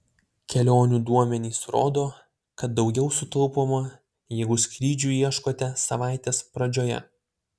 kelionių duomenys rodo kad daugiau sutaupoma jeigu skrydžių ieškote savaitės pradžioje